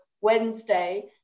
Wednesday